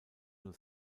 nur